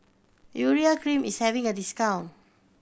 Urea Cream is having a discount